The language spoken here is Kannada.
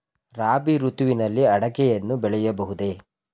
ರಾಬಿ ಋತುವಿನಲ್ಲಿ ಅಡಿಕೆಯನ್ನು ಬೆಳೆಯಬಹುದೇ?